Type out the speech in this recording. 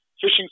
Fishing